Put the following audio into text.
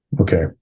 Okay